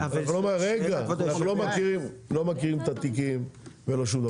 אנחנו לא מכירים את התיקים ולא שום דבר,